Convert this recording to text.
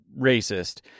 racist